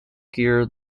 gear